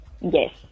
Yes